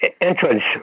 entrance